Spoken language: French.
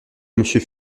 monsieur